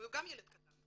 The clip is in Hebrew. הוא גם ילד קטן.